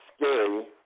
scary